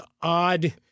odd